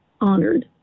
honored